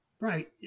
Right